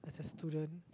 student